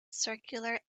circular